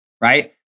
right